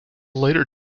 later